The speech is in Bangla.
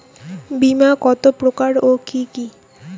বীমা কত প্রকার ও কি কি?